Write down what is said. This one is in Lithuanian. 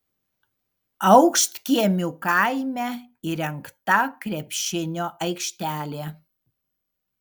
aukštkiemių kaime įrengta krepšinio aikštelė